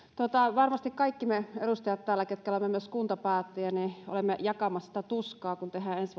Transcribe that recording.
varmasti kaikki me edustajat täällä ketkä olemme myös kuntapäättäjiä olemme jakamassa sitä tuskaa kun tehdään ensi